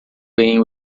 bem